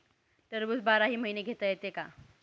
टरबूज बाराही महिने घेता येते का?